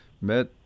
met